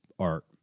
Art